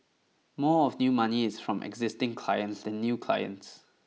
more of new money is from existing clients than new clients